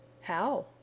How